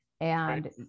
And-